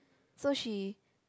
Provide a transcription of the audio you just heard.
so she